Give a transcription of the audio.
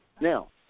now